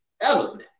element